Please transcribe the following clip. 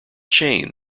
chain